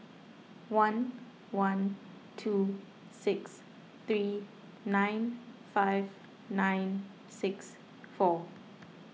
one one two six three nine five nine six four